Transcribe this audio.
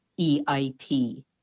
EIP